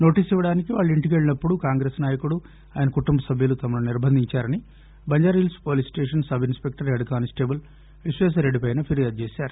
notice ఇవ్వడానికి వాళ్చింటికి వెళ్చినప్పుడు కాంగ్రెస్ నాయకుడు ఆయన కుటుంబ సభ్యులు తమను నిర్బంధించారని Banjara Hills police station sub inspector head constable Vishweshwara Reddy పైన ఫిర్యాదు చేశారు